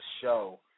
show